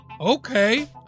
Okay